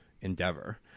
endeavor